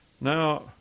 Now